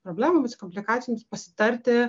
problemom komplikacijoms pasitarti